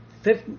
fifth